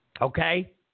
Okay